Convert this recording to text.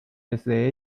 desde